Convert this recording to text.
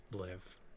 live